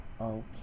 okay